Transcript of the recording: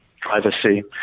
privacy